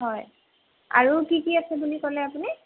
হয় আৰু কি কি আছে বুলি ক'লে আপুনি